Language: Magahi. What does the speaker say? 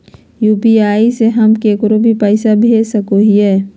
यू.पी.आई से हम केकरो भी पैसा भेज सको हियै?